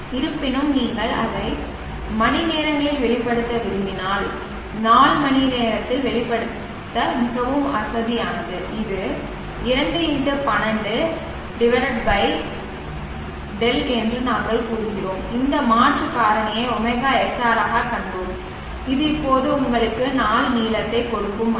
இருப்பினும் நீங்கள் அதை மணிநேரங்களில் வெளிப்படுத்த விரும்பினால் நாள் மணிநேரத்தில் வெளிப்படுத்த மிகவும் வசதியானது இது 2x12 is என்று நாங்கள் கூறுகிறோம் இந்த மாற்று காரணியை ωsr ஆகக் கண்டோம் இது இப்போது உங்களுக்கு நாள் நீளத்தைக் கொடுக்கும் மணி